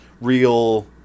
real